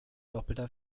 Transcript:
doppelter